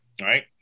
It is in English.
right